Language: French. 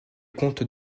contes